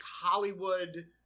Hollywood